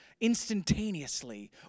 instantaneously